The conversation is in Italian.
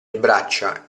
braccia